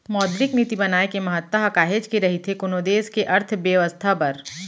मौद्रिक नीति बनाए के महत्ता ह काहेच के रहिथे कोनो देस के अर्थबेवस्था बर